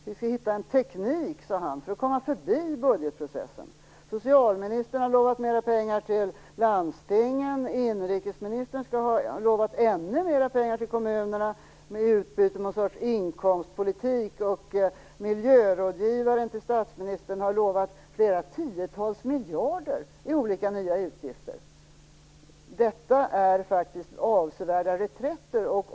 Vi skall hitta en teknik för att komma förbi budgetprocessen, sade han. Socialministern har lovat mera pengar till landstingen. Inrikesministern har lovat ännu mera pengar till kommunerna i utbyte mot någon sorts inkomstpolitik. Statsministerns miljörådgivare har lovat flera tiotals miljarder i olika nya utgifter. Detta är faktiskt avsevärda reträtter.